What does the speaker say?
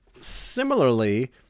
similarly